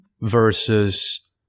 versus